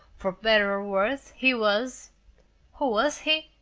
for better or worse, he was who was he?